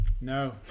No